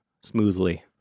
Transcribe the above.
smoothly